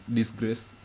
disgrace